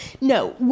no